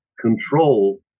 control